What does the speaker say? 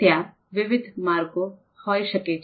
ત્યાં વિવિધ માર્ગો હોઈ શકે છે